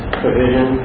provision